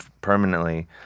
permanently